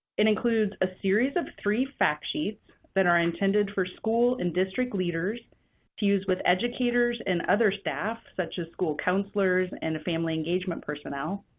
it includes a series of three fact sheets that are intended for school and district leaders to use with educators and other staff, such as school counselors and family engagement personnel.